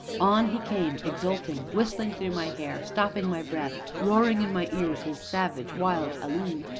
on he came, exulting, whistling through my hair, stopping my breath, roaring in my ears his savage, wild halloo!